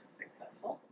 successful